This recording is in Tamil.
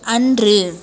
அன்று